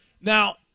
Now